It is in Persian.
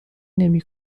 نمی